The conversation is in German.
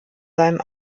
seinem